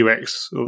UX